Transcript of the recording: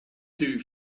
two